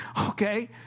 Okay